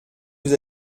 vous